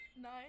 Nine